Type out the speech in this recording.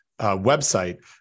website